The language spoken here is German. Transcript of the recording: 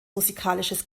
musikalisches